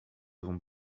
avons